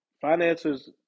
finances